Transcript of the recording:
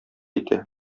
итә